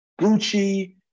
Gucci